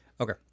Okay